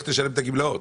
איך תשלם את הגמלאות?